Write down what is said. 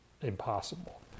impossible